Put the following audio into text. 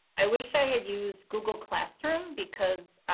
i wish i had used google classroom because